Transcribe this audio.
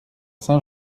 saint